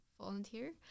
volunteer